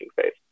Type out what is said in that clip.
phase